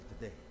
today